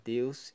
Deus